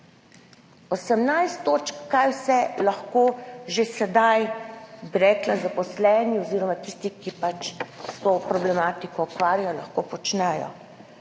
[o tem], kaj vse lahko že sedaj, bi rekla, zaposleni oziroma tisti, ki se pač s to problematiko ukvarjajo, počnejo.